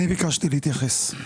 אני ביקשתי להתייחס.